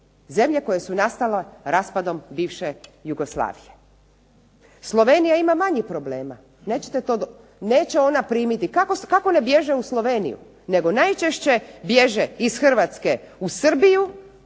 zemlje koje su nastale raspadom bivše Jugoslavije. Slovenija ima manjih problema, neće ona primiti, kako ne bježe u Sloveniju, nego najčešće bježe iz Hrvatske u Srbiju,